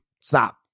stop